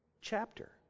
chapter